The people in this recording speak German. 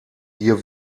hier